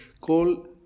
call